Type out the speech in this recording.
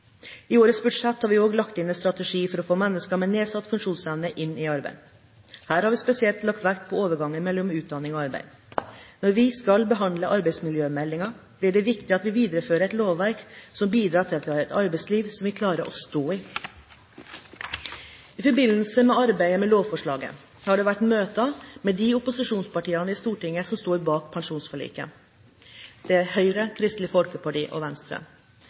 I årets budsjett har vi også lagt inn en strategi for å få mennesker med nedsatt funksjonsevne inn i arbeid. Her har vi spesielt lagt vekt på overgangen mellom utdanning og arbeid. Når vi skal behandle arbeidsmiljømeldingen, blir det viktig at vi viderefører et lovverk som bidrar til at vi har et arbeidsliv som vi klarer å stå i. I forbindelse med arbeidet med lovforslaget har det vært møter med de opposisjonspartiene i Stortinget som står bak pensjonsforliket – Høyre, Kristelig Folkeparti og Venstre.